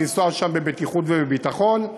ולנסוע שם בבטיחות ובביטחון.